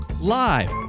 Live